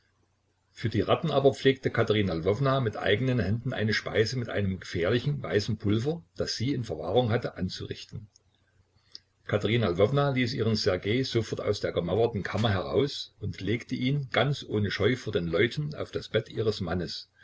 für die ratten aber pflegte katerina lwowna mit eigenen händen eine speise mit einem gefährlichen weißen pulver das sie in verwahrung hatte anzurichten katerina lwowna ließ ihren ssergej sofort aus der gemauerten kammer heraus und legte ihn ganz ohne scheu vor den leuten auf das bett ihres mannes